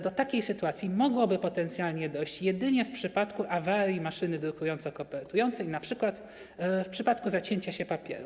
Do takiej sytuacji mogłoby potencjalnie dojść jedynie w przypadku awarii maszyny drukująco-kopertującej, np. w przypadku zacięcia się papieru.